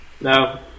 No